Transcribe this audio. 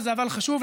וזה אבל חשוב,